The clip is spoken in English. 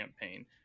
campaign